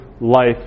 life